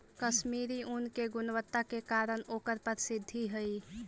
कश्मीरी ऊन के गुणवत्ता के कारण ओकर प्रसिद्धि हइ